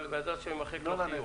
אבל בעזרת השם עוד יימחק לו החיוך.